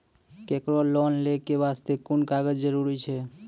केकरो लोन लै के बास्ते कुन कागज जरूरी छै?